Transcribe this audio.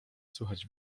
słychać